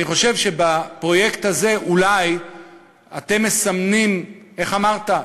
אני חושב שבפרויקט הזה אולי אתם מסמנים, איך אמרת?